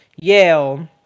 Yale